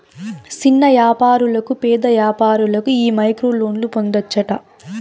సిన్న యాపారులకు, పేద వ్యాపారులకు ఈ మైక్రోలోన్లు పొందచ్చట